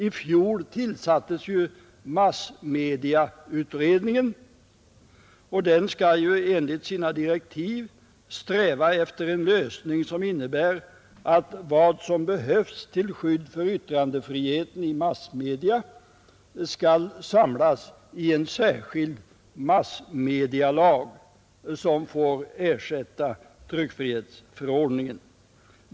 I fjol tillsattes massmedieutredningen, och den skall ju enligt sina direktiv sträva efter en lösning som innebär att vad som behövs till skydd för yttrandefriheten i massmedia skall samlas i en särskild massmedialag som får ersätta tryckfrihetsförordningen.